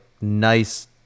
nice